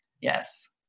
Yes